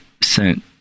sent